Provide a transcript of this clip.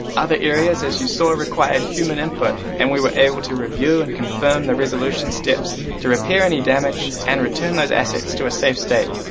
other areas as you saw in require human input and we were able to review and confirm the resolution steps to repair any damage and return those assets to a safe state.